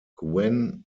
gwen